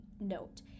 note